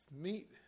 meat